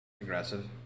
Aggressive